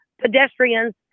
pedestrians